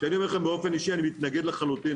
אני אומר לכם - באופן אישי אני מתנגד לזה לחלוטין.